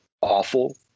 awful